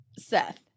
Seth